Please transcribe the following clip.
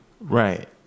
right